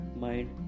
mind